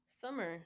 summer